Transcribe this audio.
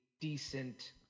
decent